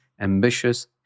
ambitious